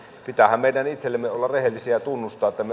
pitäähän meidän itsellemme olla rehellisiä ja tämä tunnustaa me